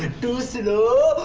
two slow,